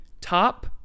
top